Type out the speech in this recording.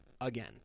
again